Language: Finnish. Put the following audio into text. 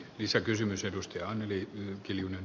isä kysymys edustaja anneli jokin